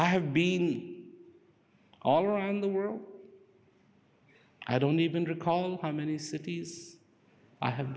i have been all around the world i don't even recall how many cities i have